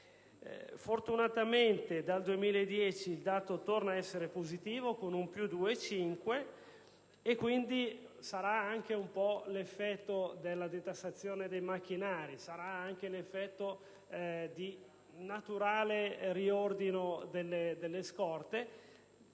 Fortunatamente dal 2010 il dato torna a essere positivo, con un più 2,5, vuoi per l'effetto della detassazione dei macchinari, vuoi per l'effetto di naturale riordino delle scorte.